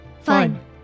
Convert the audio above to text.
Fine